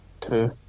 two